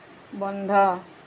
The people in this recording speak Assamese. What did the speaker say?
বন্ধ